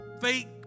fake